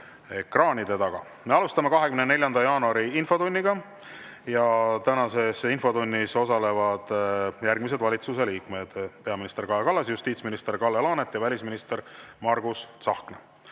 ekraanide taga! Me alustame 24. jaanuari infotundi. Tänases infotunnis osalevad järgmised valitsuse liikmed: peaminister Kaja Kallas, justiitsminister Kalle Laanet ja välisminister Margus Tsahkna.